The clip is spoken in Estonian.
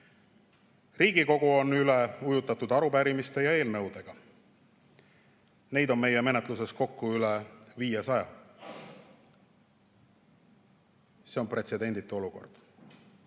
Riigikogu on üle ujutatud arupärimiste ja eelnõudega, neid on meie menetluses kokku üle 500. See on pretsedenditu olukord.